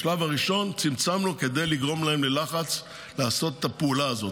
בשלב הראשון צמצמנו כדי לגרום להם ללחץ לעשות את הפעולה הזאת.